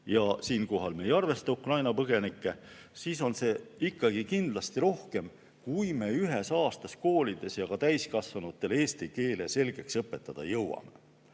ja siinkohal me ei arvesta Ukraina põgenikke –, siis on see ikkagi kindlasti rohkem, kui me aasta jooksul koolides ja ka täiskasvanutele eesti keele selgeks õpetada jõuame.